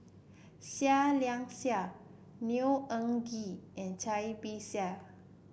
Seah Liang Seah Neo Anngee and Cai Bixia